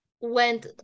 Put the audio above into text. went